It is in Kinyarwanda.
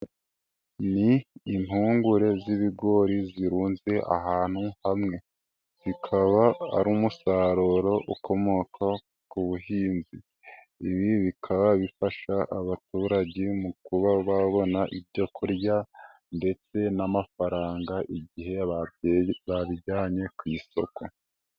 Ni impungure z'ibigori zirunze ahantu hamwe, zikaba ari umusaruro ukomoka ku buhinzi, ibi bikaba bifasha abaturage mu kuba babona ibyo kurya ndetse n'amafaranga igihe babijyanye ku isoko.